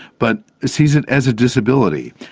but sees it as a disability.